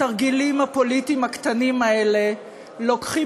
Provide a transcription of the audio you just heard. התרגילים הפוליטיים הקטנים האלה לוקחים